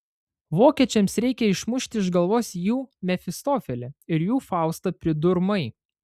vokiečiams reikia išmušti iš galvos jų mefistofelį ir jų faustą pridurmai